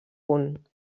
punt